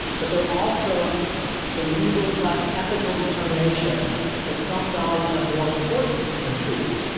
but they're also a legal slash ethical determination that some values are more important than truth,